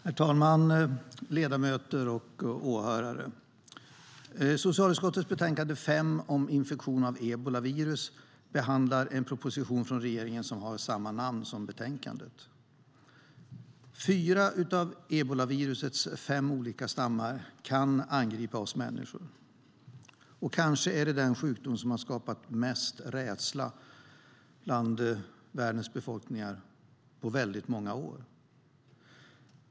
Herr talman, ledamöter och åhörare! I socialutskottets betänkande 5 om infektion med ebolavirus behandlas en proposition från regeringen med samma namn som betänkandet. Fyra av ebolavirusets fem olika stammar kan angripa oss människor. Det är kanske den sjukdom som har skapat mest rädsla bland världens befolkningar på väldigt många år.